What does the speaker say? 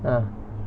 ah